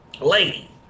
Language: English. Lady